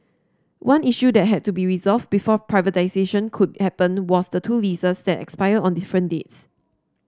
one issue that had to be resolved before privatisation could happen was the two leases that expire on different dates